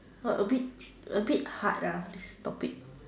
!wah! a bit a bit hard ah this topic